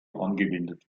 angewendet